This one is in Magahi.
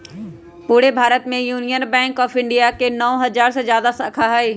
पूरे भारत में यूनियन बैंक ऑफ इंडिया के नौ हजार से जादा शाखा हई